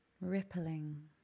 Rippling